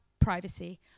privacy